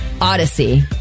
Odyssey